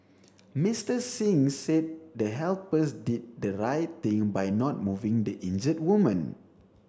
Mister Singh said the helpers did the right thing by not moving the injured woman